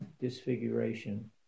Disfiguration